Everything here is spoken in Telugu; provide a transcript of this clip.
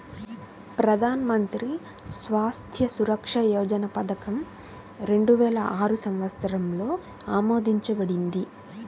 ప్రధాన్ మంత్రి స్వాస్థ్య సురక్ష యోజన పథకం రెండు వేల ఆరు సంవత్సరంలో ఆమోదించబడింది